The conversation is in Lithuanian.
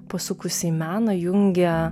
pasukusi į meną jungia